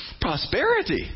Prosperity